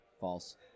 False